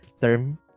term